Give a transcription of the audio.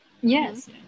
Yes